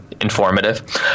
informative